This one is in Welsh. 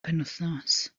penwythnos